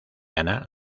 ana